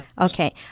Okay